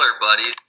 buddies